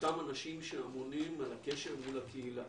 אותם אנשים שאמונים על הקשר מול הקהילה.